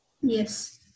Yes